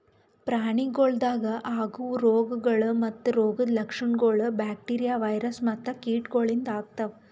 ಪ್ರಾಣಿಗೊಳ್ದಾಗ್ ಆಗವು ರೋಗಗೊಳ್ ಮತ್ತ ರೋಗದ್ ಲಕ್ಷಣಗೊಳ್ ಬ್ಯಾಕ್ಟೀರಿಯಾ, ವೈರಸ್ ಮತ್ತ ಕೀಟಗೊಳಿಂದ್ ಆತವ್